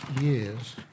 years